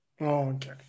Okay